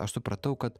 aš supratau kad